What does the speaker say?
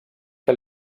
que